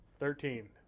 Thirteen